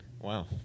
Wow